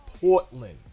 Portland